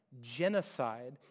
genocide